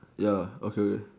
ya okay okay